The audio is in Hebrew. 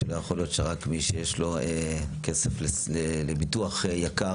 שלא יכול להיות שרק מי שיש לו כסף לביטוח יקר,